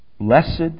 Blessed